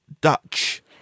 Dutch